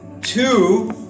two